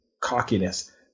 cockiness